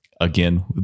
Again